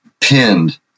pinned